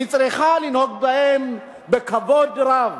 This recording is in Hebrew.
צריכה לנהוג בהם בכבוד רב.